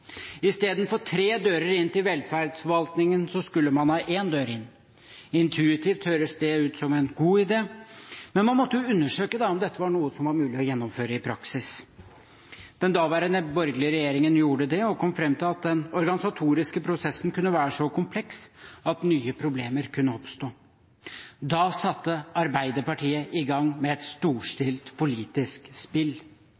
Istedenfor tre dører inn til velferdsforvaltningen, skulle man ha én dør inn. Intuitivt høres det ut som en god idé, men man måtte jo undersøke om dette var noe som det var mulig å gjennomføre i praksis. Den daværende borgerlige regjeringen gjorde det og kom fram til at den organisatoriske prosessen kunne være så kompleks at nye problemer kunne oppstå. Da satte Arbeiderpartiet i gang med et storstilt politisk spill.